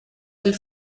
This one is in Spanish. del